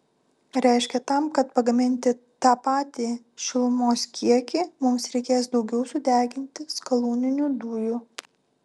reiškia tam kad pagaminti tą patį šilumos kiekį mums reikės daugiau sudeginti skalūninių dujų